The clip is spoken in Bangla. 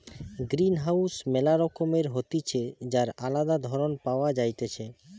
গ্রিনহাউস ম্যালা রকমের হতিছে যার আলদা ধরণ পাওয়া যাইতেছে